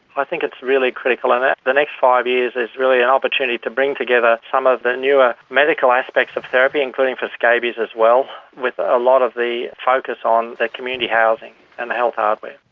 i think it's really critical, and the next five years is really an opportunity to bring together some of the newer medical aspects of therapy, including for scabies as well, with a lot of the focus on the community housing and the health hardware.